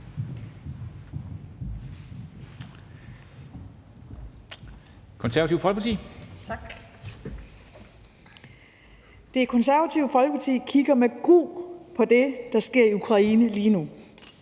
Gitte Willumsen (KF): Tak. Det Konservative Folkeparti kigger med gru på det, der sker i Ukraine lige nu,